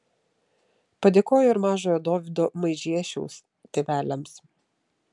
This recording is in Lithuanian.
padėkojo ir mažojo dovydo maižiešiaus tėveliams